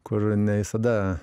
kur ne visada